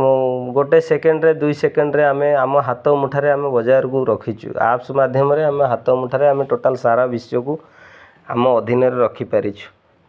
ମୁଁ ଗୋଟେ ସେକେଣ୍ଡରେ ଦୁଇ ସେକେଣ୍ଡରେ ଆମେ ଆମ ହାତ ମୁଠାରେ ଆମେ ବଜାରକୁ ରଖିଛୁ ଆପ୍ସ୍ ମାଧ୍ୟମରେ ଆମ ହାତ ମୁଠାରେ ଆମେ ଟୋଟାଲ୍ ସାରା ବିଷୟକୁ ଆମ ଅଧୀନରେ ରଖିପାରିଛୁ